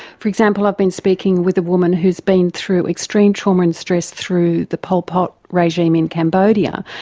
for example i've been speaking with a woman who's been through extreme trauma and stress through the pol pot regime in cambodia,